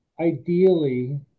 ideally